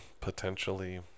potentially